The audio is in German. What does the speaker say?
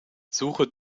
suche